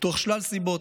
משלל סיבות,